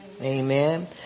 Amen